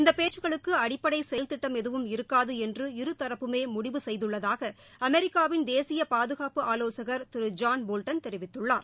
இந்த பேச்சுகளுக்கு அடிப்படை செயல்திட்டம் எதுவும் இருக்காது என்று இருதரப்புமே முடிவு செய்துள்ளதாக அமெரிக்காவின் தேசிய பாதுகாப்பு ஆலோசகள் திரு ஜான் போவ்டன் தெரிவித்துள்ளார்